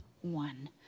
one